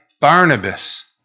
Barnabas